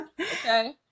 Okay